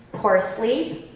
poor sleep,